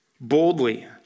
boldly